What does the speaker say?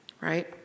Right